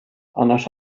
annars